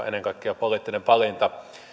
ennen kaikkea poliittinen valinta